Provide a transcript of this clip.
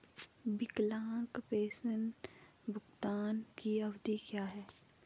विकलांग पेंशन भुगतान की अवधि क्या है?